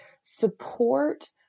support